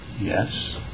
Yes